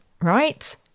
right